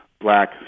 black